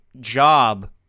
job